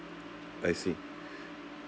I see